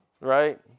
Right